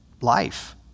life